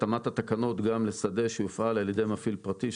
התאמת התקנות גם לשדה שיופעל על ידי מפעיל פרטי.